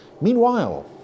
Meanwhile